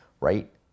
right